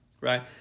right